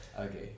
Okay